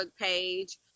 page